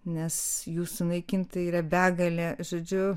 nes jų sunaikinta yra begalė žodžiu